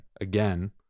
again